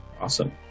Awesome